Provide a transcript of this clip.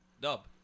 Dub